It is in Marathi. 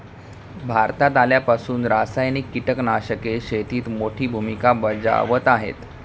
भारतात आल्यापासून रासायनिक कीटकनाशके शेतीत मोठी भूमिका बजावत आहेत